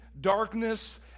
darkness